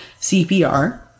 CPR